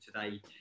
today